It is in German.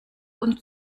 und